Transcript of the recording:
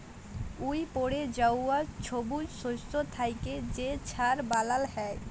উইপড়ে যাউয়া ছবুজ শস্য থ্যাইকে যে ছার বালাল হ্যয়